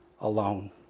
alone